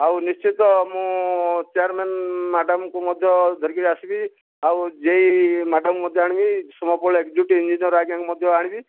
ଆଉ ନିଶ୍ଚିତ ମୁଁ ଚେୟାରମେନ୍ ମ୍ୟାଡ଼ାମ ଙ୍କୁ ମଧ୍ୟ ଧରିକିରି ଆସିବି ଆଉ ଜେ ଇ ମ୍ୟାଡ଼ାମ ମଧ୍ୟ ଆଣିବି ସୁମ ପରିଡ଼ା ଏକ୍ସିକ୍ୟୁଟିଭ୍ ଇଞ୍ଜିନିୟର ଆଜ୍ଞା କୁ ମଧ୍ୟ ଆଣିବି